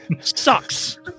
sucks